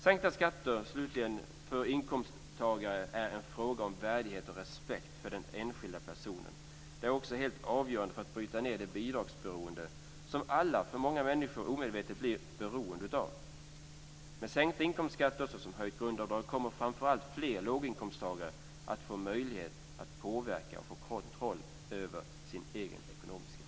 Sänkta skatter för inkomsttagare är en fråga om värdighet och respekt för den enskilda personen. Det är också helt avgörande för att bryta ned det bidragsberoende som alltför många människor omedvetet blir beroende av. Med sänkta inkomstskatter, såsom höjt grundavdrag, kommer framför allt fler låginkomsttagare att få möjlighet att påverka och få kontroll över sin egen ekonomiska situation.